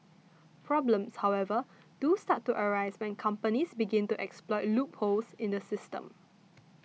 problems however do start to arise when companies begin to exploit loopholes in the system